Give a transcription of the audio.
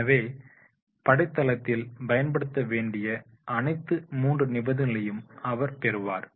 எனவே படைத்தளத்தில் பயன்படுத்தவேண்டிய அனைத்து மூன்று நிபந்தனைகளையும் அவர் பெறுவார்